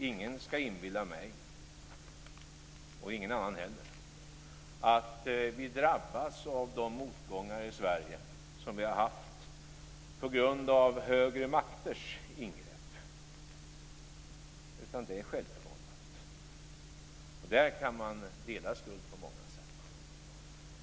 Ingen skall inbilla mig eller någon annan att vi har drabbats av de motgångar i Sverige som vi har haft på grund av högre makters ingrepp, utan det är självförvållat. Man kan dela skulden på många sätt.